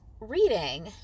reading